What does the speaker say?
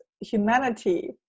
humanity